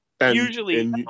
Usually